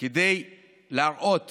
כדי להראות